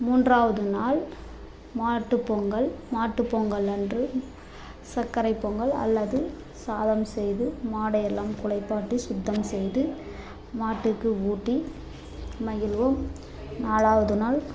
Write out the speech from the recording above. மூன்றாவது நாள் மாட்டுப் பொங்கல் மாட்டுப் பொங்கல் அன்று சக்கரைப் பொங்கல் அல்லது சாதம் செய்து மாடை எல்லாம் குளிப்பாட்டி சுத்தம் செய்து மாட்டுக்கு ஊட்டி மகிழ்வோம் நாலாவது நாள்